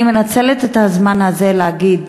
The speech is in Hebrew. אני מנצלת את הזמן הזה להגיד